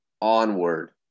Onward